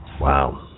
Wow